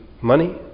money